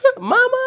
Mama